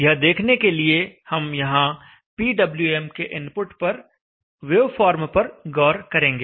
यह देखने के लिए हम यहां पीडब्ल्यूएम के इनपुट पर वेवफॉर्म पर गौर करेंगे